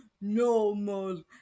normal